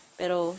pero